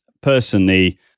personally